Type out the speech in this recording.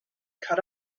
cut